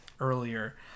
earlier